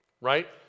right